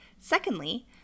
Secondly